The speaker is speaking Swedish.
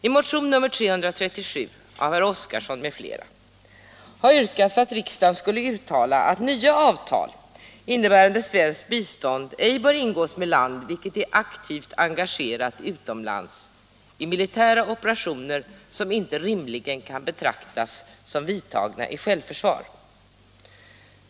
I motion 337 av herr Oskarson m.fl. har yrkats att riksdagen skulle uttala att nya avtal innebärande svenskt bistånd ej bör ingås med land vilket är aktivt engagerat utomlands vid militära operationer som icke rimligen kan betraktas som vidtagna i självförsvar.